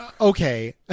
okay